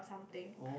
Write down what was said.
something